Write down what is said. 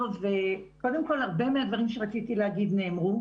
קודם כל הרבה מהדברים שרציתי להגיד נאמרו,